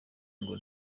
ngo